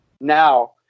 Now